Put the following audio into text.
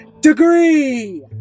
degree